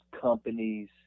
companies